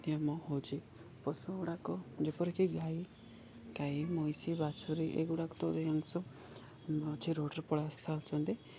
ନିୟମ ହେଉଛି ପଶୁ ଗୁଡ଼ାକ ଯେପରିକି ଗାଈ ଗାଈ ମଇଁଷି ବାଛୁୁରୀ ଏଗୁଡ଼ାକ ତ ଜିନିଷ ଅଛି ରୋଡ଼ରେ ପଳାଇ ଆସି ଥାଉଛନ୍ତି